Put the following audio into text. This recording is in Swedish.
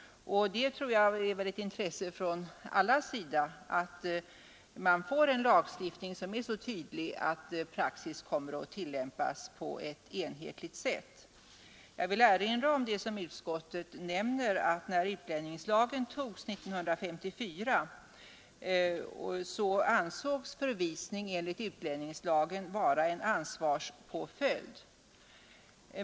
Och det är väl ett intresse från allas sida att vi får en lagstiftning som är så tydlig att praxis kommer att tillämpas på ett enhetligt sätt. Jag vill erinra om att — som utskottet nämner — när utlänningslagen antogs 1954 ansågs förvisning enligt utlänningslagen vara en ansvarspåföljd.